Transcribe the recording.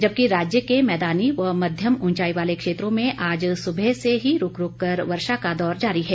जब कि राज्य के मैदानी व मध्यम ऊंचाई वाले क्षेत्रों में आज सुबह से ही रूक रूक कर वर्षा का दौर जारी है